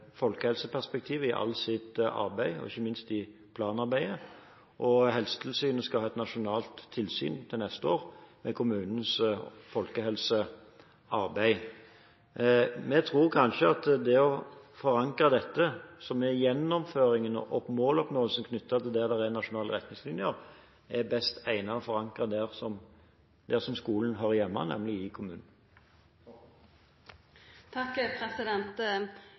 folkehelseperspektivet i alt sitt arbeid – ikke minst i planarbeidet. Helsetilsynet skal ha et nasjonalt tilsyn til neste år med kommunenes folkehelsearbeid. Vi tror kanskje at det er best å forankre gjennomføringen og måloppnåelsen knyttet til det som er i nasjonale retningslinjer, der skolen hører hjemme, nemlig i kommunen. Det viktigaste er å